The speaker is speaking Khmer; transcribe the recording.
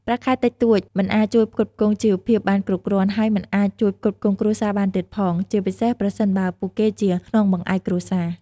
ប្រាក់ខែតិចតួចមិនអាចជួយផ្គត់ផ្គង់ជីវភាពបានគ្រប់គ្រាន់ ហើយមិនអាចជួយផ្គត់ផ្គង់គ្រួសារបានទៀតផង ជាពិសេសប្រសិនបើពួកគេជាខ្នងបង្អែកគ្រួសារ។